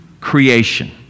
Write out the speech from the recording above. creation